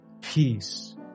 peace